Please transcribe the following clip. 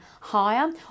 higher